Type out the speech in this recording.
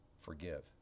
Forgive